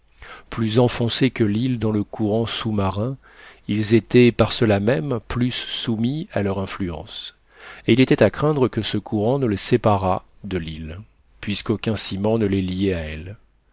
plus enfoncés que l'île dans le courant sous-marin ils étaient par cela même plus soumis à leur influence et il était à craindre que ce courant ne les séparât de l'île puisqu'aucun ciment ne les liait à elle